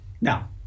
Now